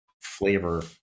flavor